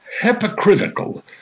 hypocritical